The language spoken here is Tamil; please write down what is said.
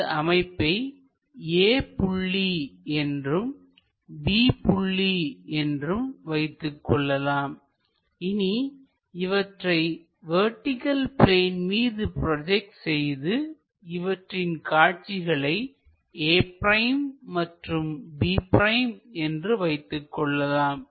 இந்த அமைப்பை A புள்ளி என்றும் B புள்ளி என்றும் வைத்துக்கொள்ளலாம் இனி இவற்றை வெர்டிகள் பிளேன் மீது ப்ரோஜெக்ட் செய்து இவற்றின் காட்சிகளை a' மற்றும் b' என்று வைத்துக் கொள்ளலாம்